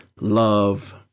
love